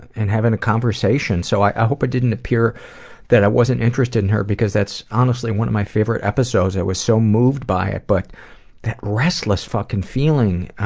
and having the conversation, so i hope it didn't appear that i wasn't interested in her, because that's honestly one of my favourite episodes i was so moved by it. but that restless fuckin' feeling.